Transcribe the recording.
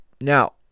Now